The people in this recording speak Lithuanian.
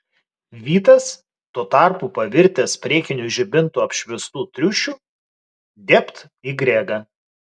vytas tuo tarpu pavirtęs priekinių žibintų apšviestu triušiu dėbt į gregą